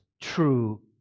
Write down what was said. true